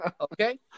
Okay